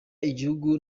igihugu